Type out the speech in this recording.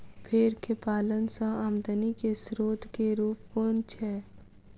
भेंर केँ पालन सँ आमदनी केँ स्रोत केँ रूप कुन छैय?